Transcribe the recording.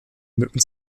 mücken